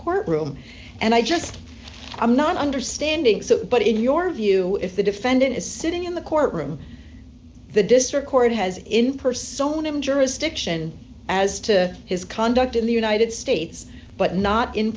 courtroom and i just i'm not understanding it so but in your view if the defendant is sitting in the courtroom the district court has in persona him jurisdiction as to his conduct in the united states but not in